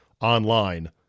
online